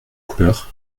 couleur